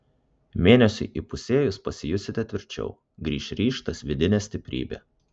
mėnesiui įpusėjus pasijusite tvirčiau grįš ryžtas vidinė stiprybė